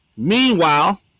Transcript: Meanwhile